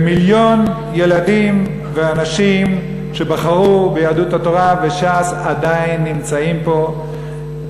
ומיליון ילדים ואנשים שבחרו ביהדות התורה ובש"ס עדיין נמצאים פה,